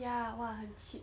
!wah! 很 cheap